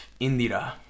Indira